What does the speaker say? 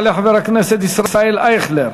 יעלה חבר הכנסת ישראל אייכלר,